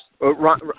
Ron